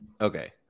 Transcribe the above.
okay